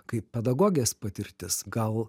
kaip pedagogės patirtis gal